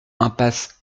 impasse